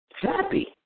happy